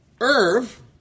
Irv